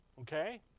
Okay